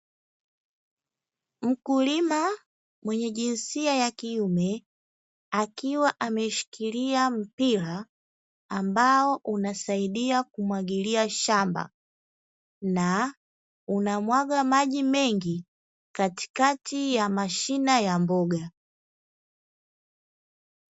Mkulima mwenye jinsia ya kiume akiwa ameshikilia mpira, ambao unasaidia kumwagilia shamba na unamwaga maji mengi katikati ya mashina ya mboga.